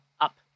up